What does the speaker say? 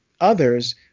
others